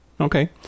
Okay